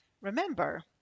Remember